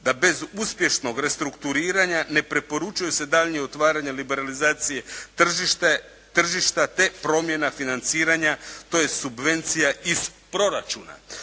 da bez uspješnog restrukturiranja ne preporučuje se daljnje otvaranje liberalizacije tržišta, te promjena financiranja tj. subvencija iz proračuna.